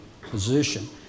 position